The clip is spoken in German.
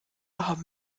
haben